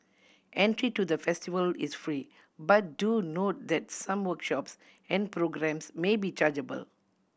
entry to the festival is free but do note that some workshops and programmes may be chargeable